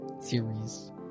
series